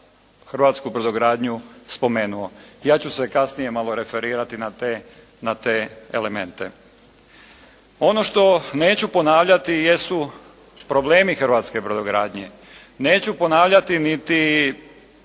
hrvatsku brodogradnju spomenuo. Ja ću se kasnije malo referirati na te elemente. Ono što neću ponavljati jesu problemi hrvatske brodogradnje. Neću ponavljati niti